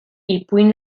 ipuin